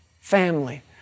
family